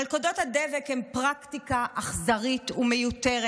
מלכודות הדבק הן פרקטיקה אכזרית ומיותרת